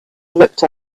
looked